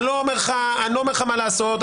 אני לא אומר לך מה לעשות,